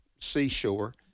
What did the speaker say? seashore